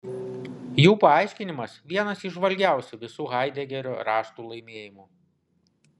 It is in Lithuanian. jų paaiškinimas vienas įžvalgiausių visų haidegerio raštų laimėjimų